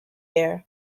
air